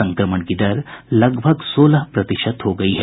संक्रमण की दर लगभग सोलह प्रतिशत हो गयी है